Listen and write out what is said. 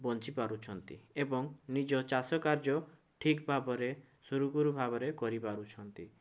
ବଞ୍ଚିପାରୁଛନ୍ତି ଏବଂ ନିଜ ଚାଷକାର୍ଯ୍ୟ ଠିକ୍ ଭାବରେ ସୁରୁଖୁରୁ ଭାବରେ କରି ପାରୁଛନ୍ତି